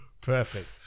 Perfect